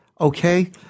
Okay